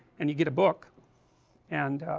and you get a book and